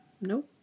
Nope